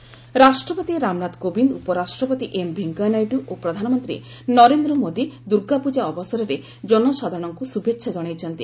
Durga Puja greetings ରାଷ୍ଟ୍ରପତି ରାମନାଥ କୋବିନ୍ଦ ଉପରାଷ୍ଟ୍ରପତି M Venkaiah Naidu ଓ ପ୍ରଧାନମନ୍ତ୍ରୀ ନରେନ୍ଦ୍ର ମୋଦି ଦୁର୍ଗାପୂଜା ଅବସରରେ ଜନସାଧାରଣଙ୍କୁ ଶୁଭେଚ୍ଛା ଜଣାଇଛନ୍ତି